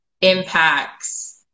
impacts